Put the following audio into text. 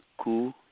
cool